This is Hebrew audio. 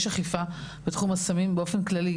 יש אכיפה בתחום הסמים באופן כללי,